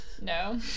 No